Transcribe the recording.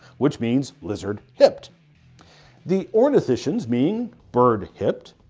which means lizard-hipped. the ornithischians, meaning bird-hipped,